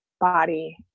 body